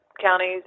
counties